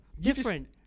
Different